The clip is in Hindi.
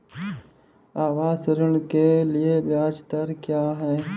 आवास ऋण के लिए ब्याज दर क्या हैं?